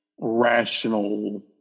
rational